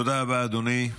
תודה רבה, אדוני.